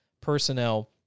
personnel